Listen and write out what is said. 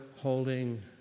holding